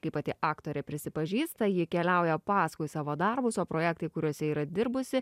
kaip pati aktorė prisipažįsta ji keliauja paskui savo darbus o projektai kuriuose yra dirbusi